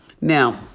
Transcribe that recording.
Now